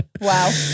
Wow